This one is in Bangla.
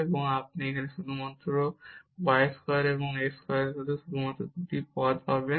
এবং আপনি এই ডেল্টা y স্কোয়ার এবং x স্কোয়ারের সাথে শুধুমাত্র এই 2 টি পদ পাবেন